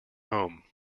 home